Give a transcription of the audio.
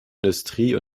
industrie